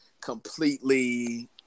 completely